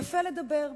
יפה לדבר,